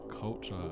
culture